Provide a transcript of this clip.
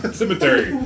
cemetery